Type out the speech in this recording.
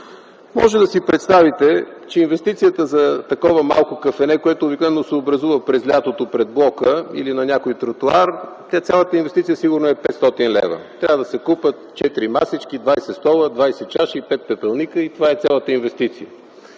Може да си представите, че инвестицията за такова малко кафене, което обикновено се образува през лятото пред блока или на някой тротоар, цялата инвестиция сигурно е 500 лв. Трябва да се купят 4 масички, 20 стола, 20 чаши и 5 пепелника – това е цялата инвестиция.